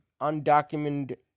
Undocumented